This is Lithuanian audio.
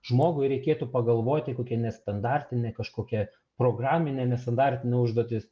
žmogui reikėtų pagalvoti kokia nestandartinė kažkokia programinė nestandartinė užduotis